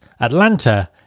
Atlanta